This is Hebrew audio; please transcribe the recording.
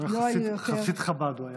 חסיד חב"ד הוא היה.